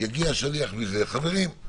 תהיה אך ורק על מי שהוא גורם אחראי על